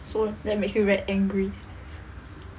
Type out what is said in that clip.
so that makes you very angry